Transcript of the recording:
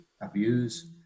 abuse